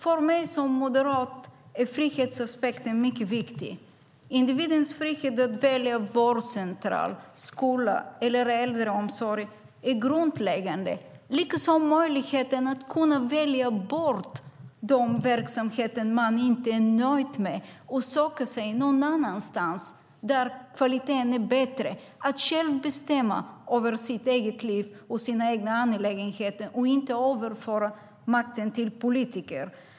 För mig som moderat är frihetsaspekten mycket viktig. Individens frihet att välja vårdcentral, skola och äldreomsorg är grundläggande liksom möjligheten att kunna välja bort de verksamheter man inte är nöjd med och söka sig någon annanstans där kvaliteten är bättre. Det handlar om att själv bestämma över sitt liv och sina angelägenheter och inte överföra makten till politikerna.